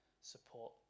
support